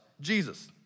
Jesus